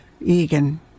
Egan